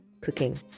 cooking